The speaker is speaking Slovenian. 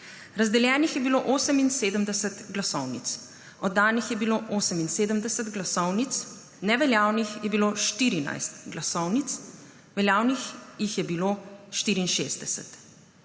Razdeljenih je bilo 78 glasovnic. Oddanih je bilo 78 glasovnic, neveljavnih je bilo 14 glasovnic, veljavnih jih je bilo 64.